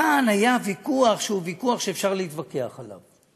כאן היה ויכוח שהוא ויכוח שאפשר להתווכח עליו.